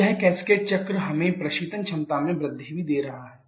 तो यह कैस्केड चक्र हमें प्रशीतन क्षमता में वृद्धि भी दे रहा है